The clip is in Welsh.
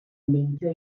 neidio